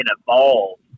evolve